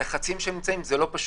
הם לא פשוטים.